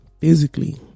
physically